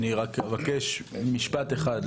אני מבקש משפט אחד,